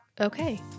okay